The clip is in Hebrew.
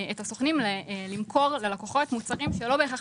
את הסוכנים למכור ללקוחות מוצרים שלא בהכרח